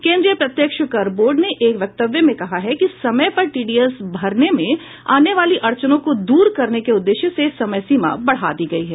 केन्द्रीय प्रत्यक्ष कर बोर्ड ने एक वक्तव्य में कहा कि समय पर टीडीएस भरने में आने वाली अड़चनों को दूर करने के उद्देश्य से समय सीमा बढ़ाई गई है